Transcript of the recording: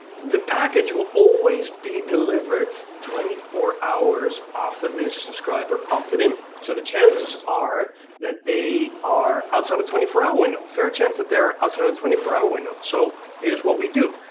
the package will always be delivered twenty four hours after the subscriber opted in, so the chances are that they are outside the twenty four hour window, fair chance that they are outside the and twenty four hour window. so here's what we do.